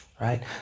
right